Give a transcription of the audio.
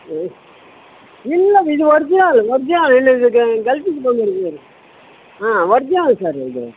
ಹಾಂ ಇಲ್ಲ ಇದು ವರ್ಜಿನಲ್ ವರ್ಜಿನಲ್ ಇಲ್ಲದಿದ್ರೆ ಗಲ್ಫಿಗೆ ಬಂದು ನೋಡಿ ಹಾಂ ವರ್ಜಿನಲ್ ಸರ್ ಇದು